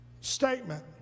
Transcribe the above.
statement